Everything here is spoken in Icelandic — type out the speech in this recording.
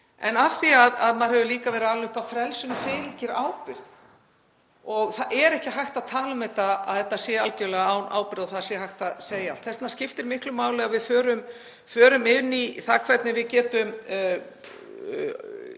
En af því að maður hefur líka verið alinn upp við að frelsinu fylgi ábyrgð þá er ekki hægt að tala um að þetta sé algerlega án ábyrgðar, að það sé hægt að segja allt. Þess vegna skiptir miklu máli að við förum inn í það hvernig við getum